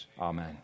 Amen